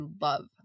love